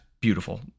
beautiful